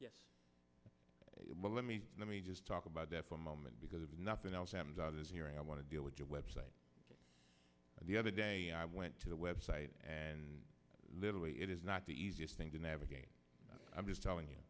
but let me let me just talk about that for a moment because if nothing else happens out here i want to deal with your web site the other day i went to the web site and literally it is not the easiest thing to navigate i'm just telling you